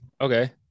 Okay